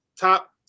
Top